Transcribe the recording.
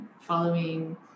following